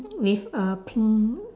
with a pink